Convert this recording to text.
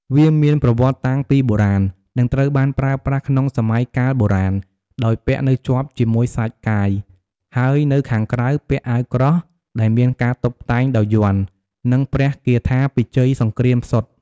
វាមានប្រវត្តិតាំងពីបុរាណ និងត្រូវបានប្រើប្រាស់ក្នុងសម័យកាលបុរាណ ដោយពាក់នៅជាប់ជាមួយសាច់កាយ ហើយនៅខាងក្រៅពាក់អាវក្រោះដែលមានការតុបតែងដោយយ័ន្ត និងព្រះគាថាពិជ័យសង្គ្រាមសុទ្ធ។